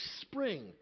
spring